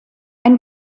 ein